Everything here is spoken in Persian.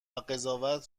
قضاوت